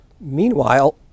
Meanwhile